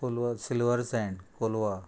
पोलवा silver sand Colva